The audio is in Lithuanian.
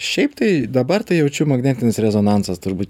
šiaip tai dabar tai jaučiu magnetinis rezonansas turbūt